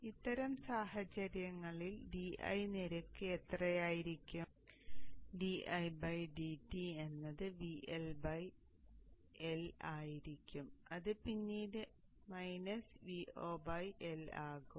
അതിനാൽ അത്തരം സാഹചര്യങ്ങളിൽ di നിരക്ക് എത്രയായിരിക്കും എന്നത് VLL ആയിരിക്കും അത് പിന്നീട് Vo L ആകും